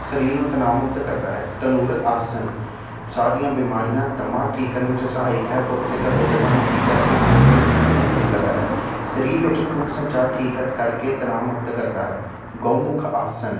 ਸਰੀਰ ਨੂੰ ਤਨਾਵ ਮੁਕਤ ਕਰਦਾ ਹੈ ਧਨੁਰ ਆਸਨ ਸਾਹ ਦੀਆਂ ਬਿਮਾਰੀਆਂ ਦਮਾ ਠੀਕ ਕਰਨ ਵਿੱਚ ਸਹਾਇਕ ਹੈ ਭੁੱਖ ਅਤੇ ਕਬਜ਼ ਦੋਵਾਂ ਨੂੰ ਠੀਕ ਕਰਕੇ ਪੇਟ ਦੀਆਂ ਬਿਮਾਰੀਆਂ ਦੂਰ ਕਰਦਾ ਹੈ ਸਰੀਰ ਵਿੱਚ ਖੂਨ ਸੰਚਾਰ ਠੀਕ ਕਰਕੇ ਤਣਾਅ ਮੁਕਤ ਕਰਦਾ ਹੈ ਗਊ ਮੁੱਖ ਆਸਨ